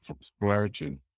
splurging